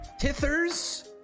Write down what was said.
tithers